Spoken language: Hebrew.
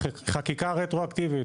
היא חקיקה רטרואקטיבית.